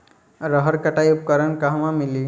रहर कटाई उपकरण कहवा मिली?